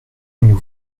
nous